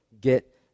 get